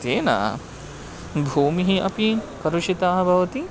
तेन भूमिः अपि कलुषिता भवति